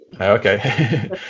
okay